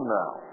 now